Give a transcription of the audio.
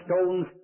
stones